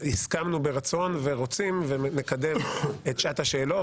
שהסכמנו ברצון ונקדם את שעת השאלות,